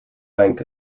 bank